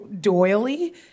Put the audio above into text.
doily